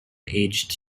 aged